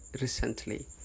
recently